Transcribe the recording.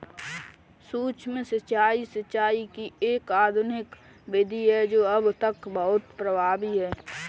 सूक्ष्म सिंचाई, सिंचाई की एक आधुनिक विधि है जो अब तक बहुत प्रभावी है